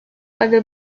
other